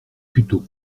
puteaux